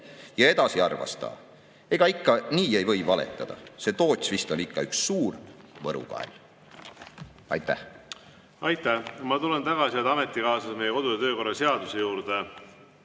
Ja edasi arvas ta:"Ega ikka nii ei või valetada. See Toots vist ikka on üks suur võrukael."" Aitäh! Aitäh! Ma tulen tagasi, head ametikaaslased, meie kodu‑ ja töökorra seaduse juurde.